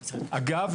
אגב,